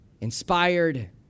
inspired